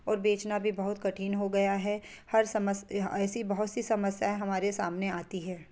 और बेचना भी बहुत कठिन हो गया है हर समस्ते ऐसी बहुत सी समस्याएँ हमारे सामने आती हैं